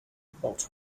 about